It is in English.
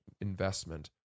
investment